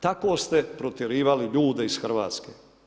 Tako ste protjerivali ljude iz Hrvatske.